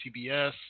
CBS